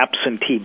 absentee